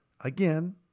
Again